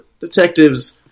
Detectives